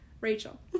Rachel